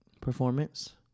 performance